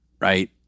right